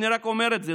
אני רק אומר את זה,